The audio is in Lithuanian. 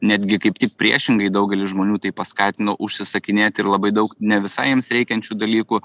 netgi kaip tik priešingai daugelis žmonių tai paskatino užsisakinėti ir labai daug ne visai jiems rėkiančių dalykų